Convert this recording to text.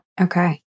Okay